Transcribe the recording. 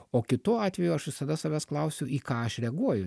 o kitu atveju aš visada savęs klausiu į ką aš reaguoju